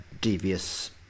devious